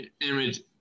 image